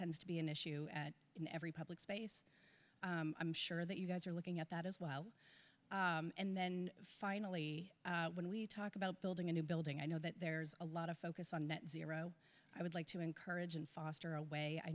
tends to be an issue at in every public space i'm sure that you guys are looking at that as well and then finally when we talk about building a new building i know that there's a lot of focus on that zero i would like to encourage and foster a way i